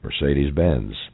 Mercedes-Benz